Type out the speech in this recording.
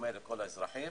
בדומה לכל האזרחים,